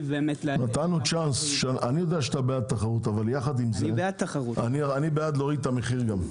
אני יודע שאתה בעד תחרות אבל יחד עם זה אני בעד להוריד את המחיר.